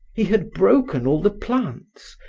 he had broken all the plants,